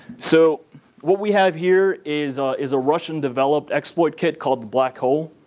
so what we have here is ah is a russian-developed exploit kit called the blackhole.